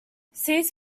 seeds